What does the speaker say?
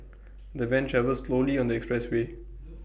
the van travelled slowly on the expressway